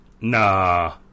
Nah